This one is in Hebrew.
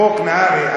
חוק נהרי,